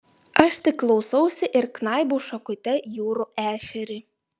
aš tik klausausi ir knaibau šakute jūrų ešerį